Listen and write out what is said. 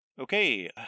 Okay